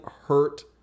hurt